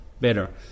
better